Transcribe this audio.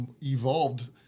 evolved